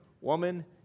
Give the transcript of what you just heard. woman